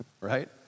right